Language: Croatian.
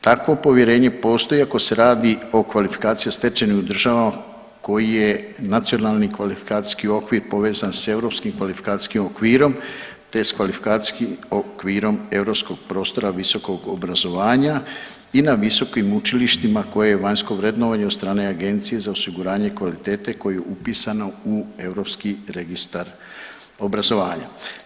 Takvo povjerenje postoji ako se radi o kvalifikaciji o stečenim u državama koji je nacionalni kvalifikacijski okvir povezan s europskim kvalifikacijskim okvirom te s kvalifikacijskim okvirom europskog prostora visokog obrazovanja i na visokim učilištima koje je vanjsko vrednovanje od strane Agencije za osiguranje kvalitete koje je upisano u europski registar obrazovanja.